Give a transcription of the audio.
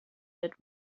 that